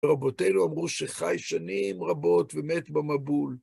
רבותינו אמרו שחי שנים רבות ומת במבול.